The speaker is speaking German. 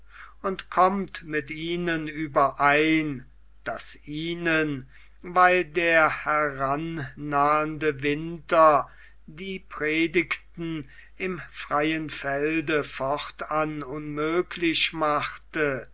und kommt mit ihnen überein daß ihnen weil der herannahende winter die predigten im freien felde fortan unmöglich machte